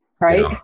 right